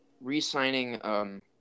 re-signing